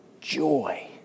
joy